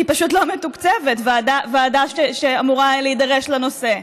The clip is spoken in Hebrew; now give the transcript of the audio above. היא פשוט לא מתוקצבת, ועדה שאמורה להידרש לנושא,